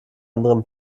anderen